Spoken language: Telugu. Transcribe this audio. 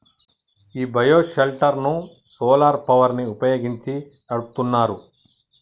ఈ బయో షెల్టర్ ను సోలార్ పవర్ ని వుపయోగించి నడుపుతున్నారు